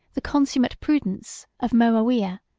the consummate prudence of moawiyah,